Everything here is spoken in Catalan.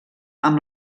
amb